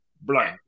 blank